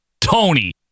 Tony